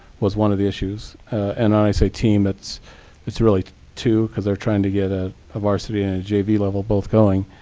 was one of the issues. and i say team, it's it's really two, because they're trying to get ah a varsity and a jv level both going.